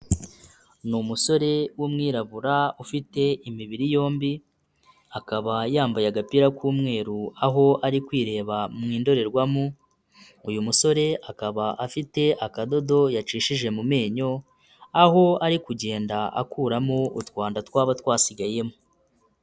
Ni umusore w'umwirabura ufite imibiri yombi, akaba yambaye agapira k'umweru aho ari kwireba mu ndorerwamu, uyu musore akaba afite akadodo yacishije mu menyo aho ari kugenda akuramo utwanda twaba twasigayemo.